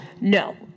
No